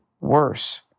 worse